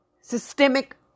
systemic